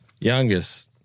youngest